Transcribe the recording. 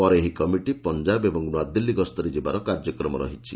ପରେ ଏହି କମିଟି ପଞ୍ଚାବ ଏବଂ ନ୍ତଆଦିଲ୍ଲୀ ଗସ୍ତରେ ଯିବାର କାର୍ଯ୍ୟକ୍ରମ ରହିଛି